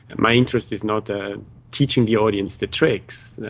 and my interest is not ah teaching the audience the tricks,